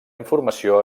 informació